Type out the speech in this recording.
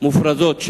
של